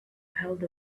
held